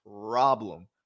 problem